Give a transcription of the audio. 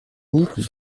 nieten